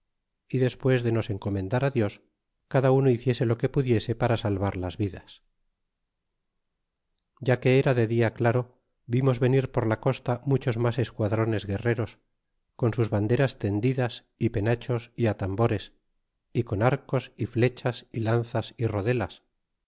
y despues de nos encomendar dios cada uno hiciese lo que pudiese para salvar las vidas ya que era de dia claro vimos venir por la costa muchos mas esquadrones guerreros con sus banderas tendidas y penachos y atambores y con arcos y flechas y lanzas y rodelas